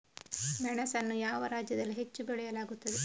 ಮೆಣಸನ್ನು ಯಾವ ರಾಜ್ಯದಲ್ಲಿ ಹೆಚ್ಚು ಬೆಳೆಯಲಾಗುತ್ತದೆ?